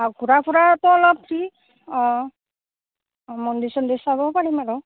আৰু ঘুৰা ফুৰাটো অলপ ফ্ৰী অঁ অঁ মন্দিৰ চন্দিৰ চাব পাৰিম আৰু